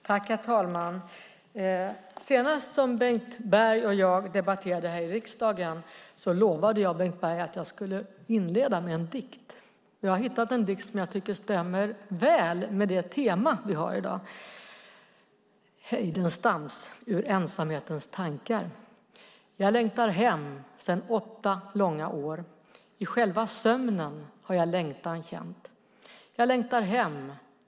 Herr talman! Senast Bengt Berg och jag debatterade här i riksdagen lovade jag Bengt Berg att jag skulle inleda med en dikt. Jag har hittat en dikt som jag tycker stämmer väl med det tema vi har i dag, Heidenstams ur Ensamhetens tankar . Jag längtar hem sen åtta långa år. I själva sömnen har jag längtan känt. Jag längtar hem.